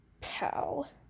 Pal